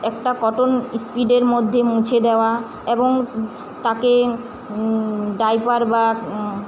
একটা কটন ইস্পিডের মধ্যে মুছে দেওয়া এবং তাকে তাই ডাইপার বা